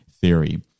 theory